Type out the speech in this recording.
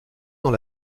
dans